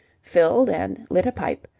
filled and lit a pipe,